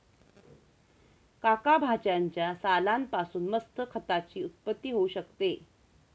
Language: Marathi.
काका भाज्यांच्या सालान पासून मस्त खताची उत्पत्ती होऊ शकते